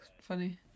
funny